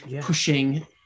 pushing